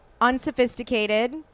Unsophisticated